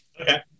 Okay